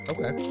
Okay